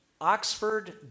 Oxford